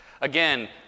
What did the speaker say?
Again